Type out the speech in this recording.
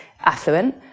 affluent